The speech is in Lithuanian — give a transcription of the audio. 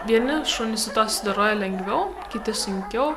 vieni šunys su tuo susidoroja lengviau kiti sunkiau